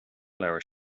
leabhar